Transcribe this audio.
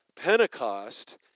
Pentecost